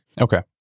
Okay